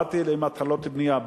באתי עם התחלות בנייה,